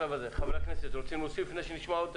חברי הכנסת, רוצים להוסיף משהו לפני שנשמע את